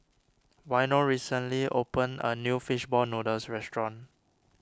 Waino recently opened a new Fish Ball Noodles Restaurant